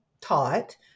taught